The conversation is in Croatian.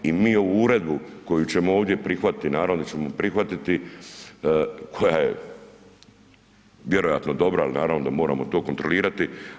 I mi ovu uredbu koju ćemo ovdje prihvatiti, naravno da ćemo prihvatiti koja je vjerojatno dobra, ali naravno da moramo to kontrolirati.